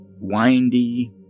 Windy